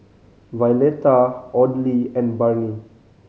Violetta Audley and Barney